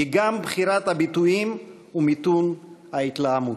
היא גם בחירת הביטויים ומיתון ההתלהמות.